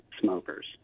smokers